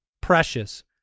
precious